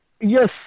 Yes